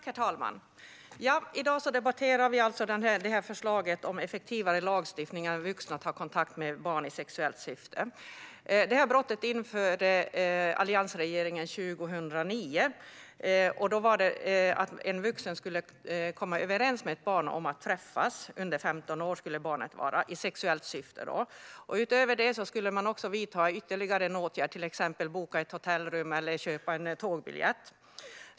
Herr talman! I dag debatterar vi förslaget om effektivare lagstiftning mot vuxnas kontakter med barn i sexuellt syfte. Alliansregeringen införde denna brottsrubricering 2009. Då handlade det om att en vuxen skulle komma överens med ett barn under 15 år om att träffas i sexuellt syfte. Utöver det skulle man vidta ytterligare en åtgärd, till exempel boka ett hotellrum eller köpa en tågbiljett.